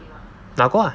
拿过 lah